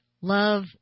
love